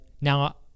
now